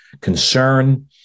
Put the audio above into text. concern